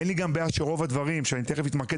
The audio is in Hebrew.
אין לי בעיה שגם רוב הדברים שאני מיד אתמקד